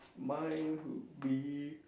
mine would be